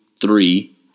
three